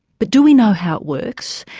but do we know how it works?